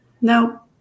No